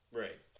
right